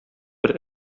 бер